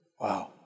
Wow